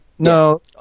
No